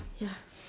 ya